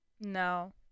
No